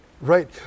Right